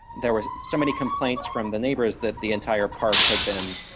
there were so many complaints from the neighbours that the entire park had been,